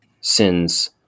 sins